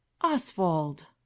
oswald